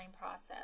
process